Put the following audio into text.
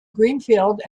greenfield